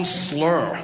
slur